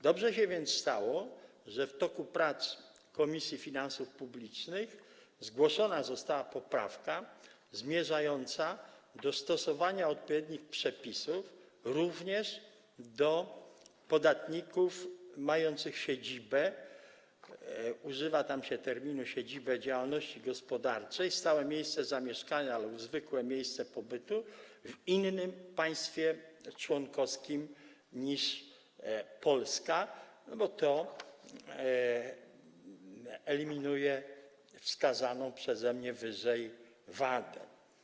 Dobrze się więc stało, że w toku prac Komisji Finansów Publicznych zgłoszona została poprawka zmierzająca do stosowania odpowiednich przepisów również do podatników mających siedzibę - używa się tam terminu: siedzibę działalności gospodarczej - stałe miejsce zamieszkania lub zwykłe miejsce pobytu w innym państwie członkowskim niż Polska, bo to eliminuje wskazaną przeze mnie wyżej wadę.